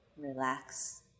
relax